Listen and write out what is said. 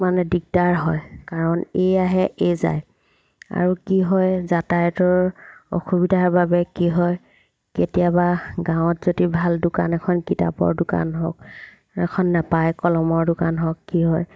মানে দিগদাৰ হয় কাৰণ এই আহে এই যায় আৰু কি হয় যাতায়াতৰ অসুবিধাৰ বাবে কি হয় কেতিয়াবা গাঁৱত যদি ভাল দোকান এখন কিতাপৰ দোকান হওক এখন নাপায় কলমৰ দোকান হওক কি হয়